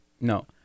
no